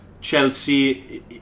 Chelsea